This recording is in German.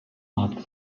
markt